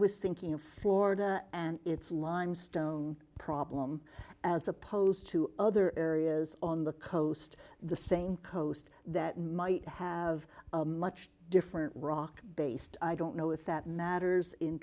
was thinking of florida and its limestone problem as opposed to other areas on the coast the same coast that might have a much different rock based i don't know if that matters in